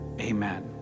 Amen